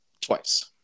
Twice